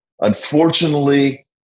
Unfortunately